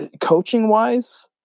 coaching-wise